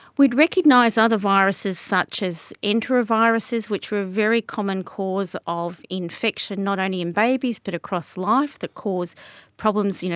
we'd recognise other viruses such as enteroviruses which are very common cause of infection not only in babies but across life that cause problems, you know,